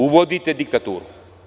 Uvodite diktaturu.